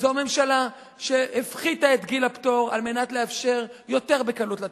זו הממשלה שהפחיתה את גיל הפטור על מנת לאפשר לתת יותר בקלות פטורים.